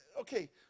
Okay